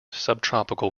subtropical